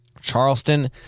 Charleston